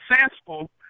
successful